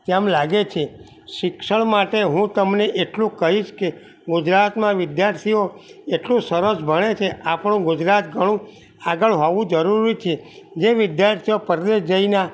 તેમ લાગે છે શિક્ષણ માટે હું તમને એટલું કહીશ કે ગુજરાતમાં વિદ્યાર્થીઓ એટલું સરસ ભણે છે આપણું ગુજરાત ઘણું આગળ હોવું જરૂરી છે જે વિદ્યાર્થીઓ પરદેશ જઈ ના